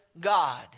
God